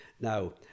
Now